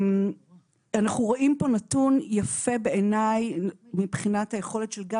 אנחנו רואים פה נתון יפה בעיניי מבחינת היכולת של גם